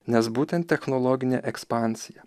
nes būtent technologinė ekspansija